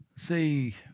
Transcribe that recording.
See